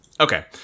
Okay